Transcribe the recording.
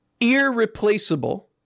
irreplaceable